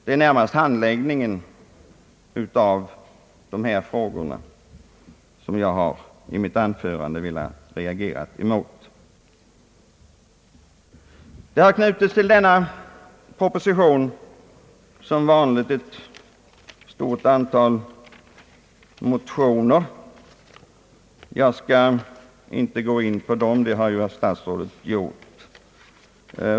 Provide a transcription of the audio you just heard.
Det är således närmast mot handläggningen av de här frågorna som jag i mitt anförande har velat reagera. Som vanligt har till propositionen knutits ett stort antal motioner. Jag skall inte gå in på dem, eftersom statsrådet redan gjort det.